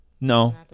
No